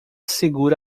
segura